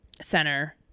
center